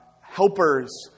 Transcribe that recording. helpers